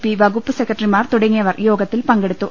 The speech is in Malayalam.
പി വകുപ്പ് സെക്രട്ടറിമാർ തുടങ്ങിയവർ യോഗത്തിൽ പങ്കെടുത്തു